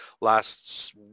last